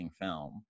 film